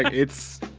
it's.